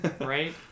Right